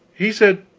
he said,